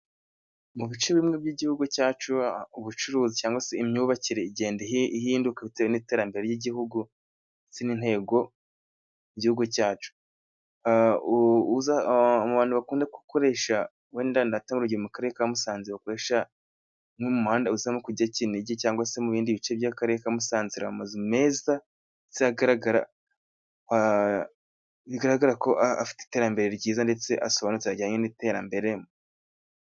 Mu bice bimwe by'igihugu cyacu， ubucuruzi cyangwa se imyubakire igenda ihinduka， bitewe n'iterambere ry'igihugu，ndetse n’intego z’igihugu cyacu. Mu bantu bakunda gukoresha wenda ndatanga urugero mu karere ka Musanze bakoresha nk'umuhanda uzamuka ujya Kinigi cyangwa se mu bindi bice by'akarere ka Musanze，hari amazu meza ndetse bigaragara ko afite iterambere ryiza， ndetse asobanutse bijyanye n'iterambere.